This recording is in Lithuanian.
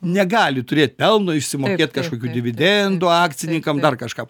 negali turėt pelno išsimokėt kažkokių dividendų akcininkam dar kažką